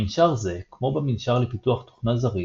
במנשר זה כמו במנשר לפיתוח תוכנה זריז,